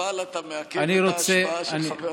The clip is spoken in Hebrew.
אבל אתה מעכב את ההשבעה של חבר הכנסת ברוכי.